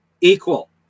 equal